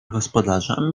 gospodarzem